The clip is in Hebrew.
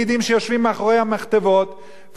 והם לא צריכים לתת דין-וחשבון לאף אחד,